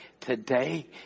today